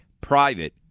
Private